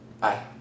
Bye